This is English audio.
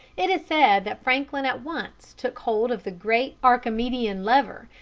it is said that franklin at once took hold of the great archimedean lever,